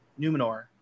Numenor